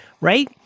right